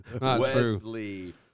Wesley